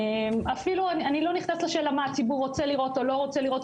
אני אפילו לא נכנסת לשאלה מה הציבור רוצה לראות או לא רוצה לראות,